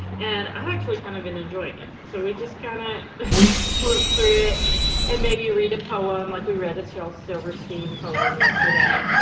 and i have actually kind of been enjoying it. so we just kind of look through it and maybe read a poem. like we read a shel silverstein poem yesterday.